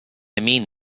mean